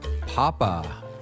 Papa